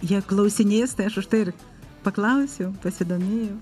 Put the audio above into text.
jie klausinės tai aš už tai ir paklausiau pasidomėjau